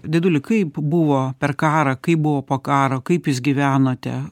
dėduli kaip buvo per karą kai buvo po karo kaip jūs gyvenote